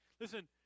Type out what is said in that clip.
listen